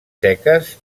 seques